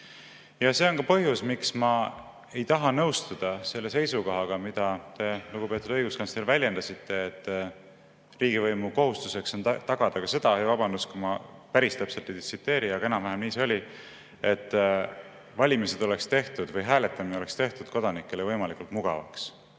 See on ka põhjus, miks ma ei taha nõustuda selle seisukohaga, mida te, lugupeetud õiguskantsler, väljendasite, et riigivõimu kohustus on tagada ka seda – vabandust, kui ma päris täpselt ei tsiteeri, aga enam-vähem nii see oli –, et valimised oleksid tehtud või hääletamine oleks tehtud kodanikele võimalikult mugavaks.